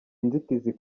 inzitizi